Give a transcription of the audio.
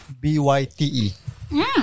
B-Y-T-E